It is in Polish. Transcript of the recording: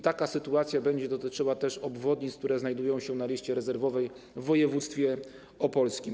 Taka sytuacja będzie dotyczyła też obwodnic, które znajdują się na liście rezerwowej, w województwie opolskim.